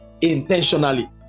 intentionally